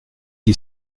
qui